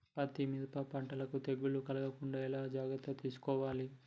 పత్తి మిరప పంటలను తెగులు కలగకుండా ఎలా జాగ్రత్తలు తీసుకోవాలి?